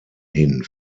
hin